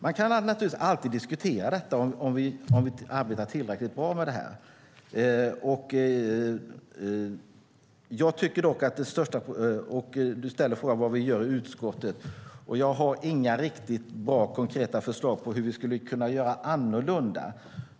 Man kan naturligtvis alltid diskutera om vi arbetar tillräckligt bra med detta. Du ställde frågan vad vi gör i utskottet. Jag har inga riktigt bra och konkreta förslag på hur vi skulle kunna göra annorlunda.